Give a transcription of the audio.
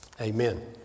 Amen